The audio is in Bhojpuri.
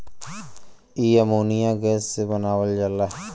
इ अमोनिया गैस से बनावल जाला